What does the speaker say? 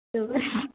तु